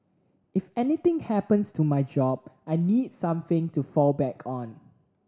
if anything happens to my job I need something to fall back on